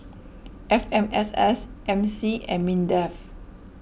F M S S M C and Mindef